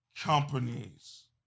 companies